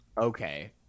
Okay